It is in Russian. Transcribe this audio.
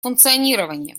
функционирование